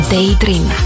Daydream